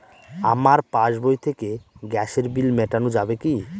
আমার পাসবই থেকে গ্যাসের বিল মেটানো যাবে কি?